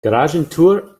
garagentor